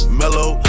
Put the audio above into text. mellow